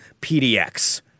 PDX